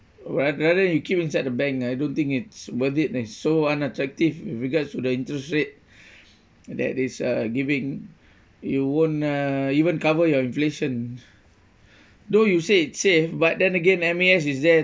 ra~ rather you keep inside the bank I don't think it's worth it it's so unattractive with regards to the interest rate that is uh giving you won't uh even cover your inflation though you said it's safe but then again M_A_S is there